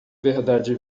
verdade